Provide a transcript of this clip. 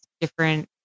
different